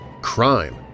crime